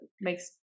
makes